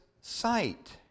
sight